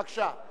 בבקשה.